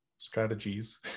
strategies